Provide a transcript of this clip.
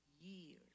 years